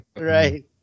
right